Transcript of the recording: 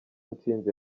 nsinzi